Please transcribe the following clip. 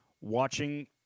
watching